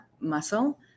muscle